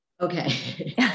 Okay